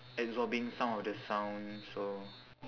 absorbing some of the sound so